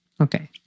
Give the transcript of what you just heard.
okay